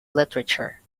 literature